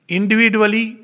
Individually